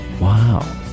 wow